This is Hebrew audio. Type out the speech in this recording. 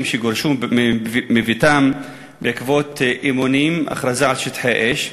שגורשו מביתם בעקבות אימונים והכרזה של שטחי אש,